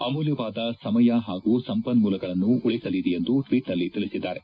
ಅಮೂಲ್ಡವಾದ ಸಮಯ ಹಾಗೂ ಸಂಪನ್ನೂಲಗಳನ್ನು ಉಳಿಸಲಿದೆ ಎಂದು ಟ್ವೀಟ್ನಲ್ಲಿ ತಿಳಿಸಿದ್ದಾರೆ